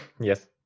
Yes